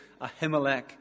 Ahimelech